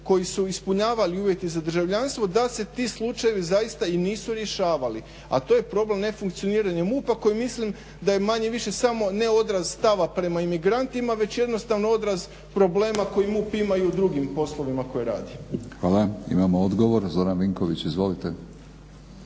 koji su ispunjavali uvjete za državljanstvo da se ti slučajevi zaista i nisu rješavali, a to je problem nefunkcioniranja MUP-a koji mislim da je manje-više samo ne odraz stava prema imigrantima već jednostavno odraz problema koji MUP ima i u drugim poslovima koje radi. **Batinić, Milorad (HNS)** Hvala. Imamo odgovor. Zoran Vinković, izvolite.